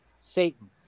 Satan